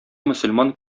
мөселман